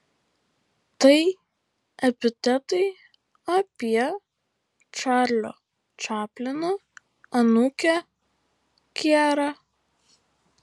tai epitetai apie čarlio čaplino anūkę kierą